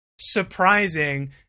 surprising